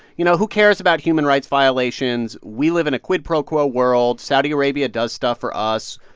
you know, who cares about human rights violations? we live in a quid pro quo world. saudi arabia does stuff for us.